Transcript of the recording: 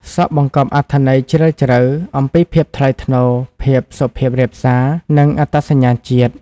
សក់បង្កប់អត្ថន័យជ្រាលជ្រៅអំពីភាពថ្លៃថ្នូរ ភាពសុភាពរាបសារ និងអត្តសញ្ញាណជាតិ។